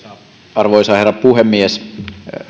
arvoisa herra puhemies